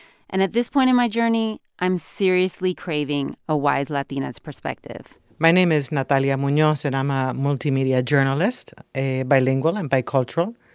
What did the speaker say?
and at this point in my journey, i'm seriously craving a wise latina's perspective my name is natalia munoz, and i'm a multimedia journalist, bilingual and bicultural.